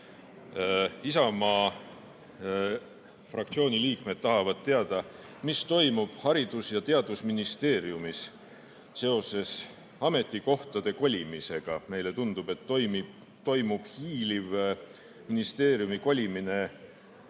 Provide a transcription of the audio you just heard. Isamaa fraktsiooni liikmed tahavad teada, mis toimub Haridus- ja Teadusministeeriumis seoses ametikohtade kolimisega. Meile tundub, et toimub hiiliv ministeeriumi kolimine